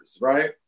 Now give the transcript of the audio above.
right